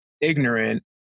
ignorant